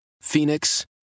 Phoenix